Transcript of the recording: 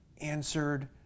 answered